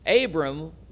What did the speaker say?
Abram